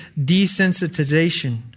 desensitization